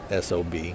SOB